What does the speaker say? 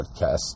podcast